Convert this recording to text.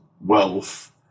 wealth